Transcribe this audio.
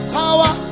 power